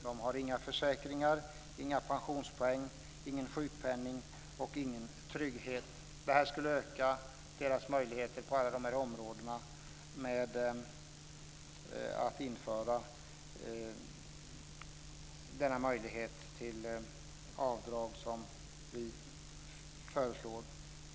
De har inga försäkringar, inga pensionspoäng, ingen sjukpenning och ingen trygghet. Deras möjligheter på dessa områden skulle öka om man införde det avdrag som vi föreslår.